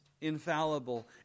infallible